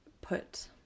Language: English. put